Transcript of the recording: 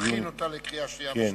להכין אותה לקריאה שנייה ושלישית.